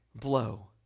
blow